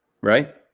right